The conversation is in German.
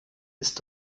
ist